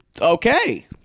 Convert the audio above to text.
Okay